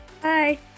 Bye